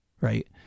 right